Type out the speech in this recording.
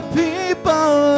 people